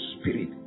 Spirit